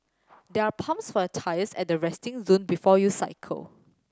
there are pumps for your tyres at the resting zone before you cycle